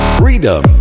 freedom